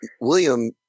William